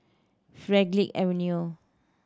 Avenue